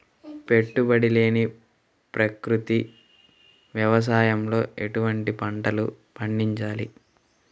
పెట్టుబడి లేని ప్రకృతి వ్యవసాయంలో ఎటువంటి పంటలు పండించాలి?